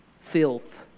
filth